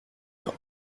pain